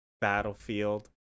Battlefield